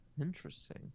Interesting